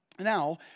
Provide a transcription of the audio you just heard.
Now